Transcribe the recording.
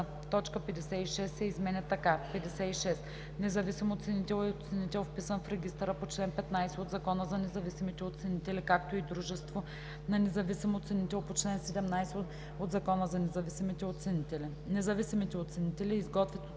точка 56 се изменя така: „56. „Независим оценител“ е оценител, вписан в регистъра по чл. 15 от Закона за независимите оценители, както и дружество на независим оценител по чл. 17 от Закона за независимите оценители. Независимите оценители изготвят